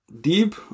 deep